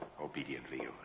obediently